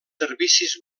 servicis